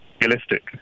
realistic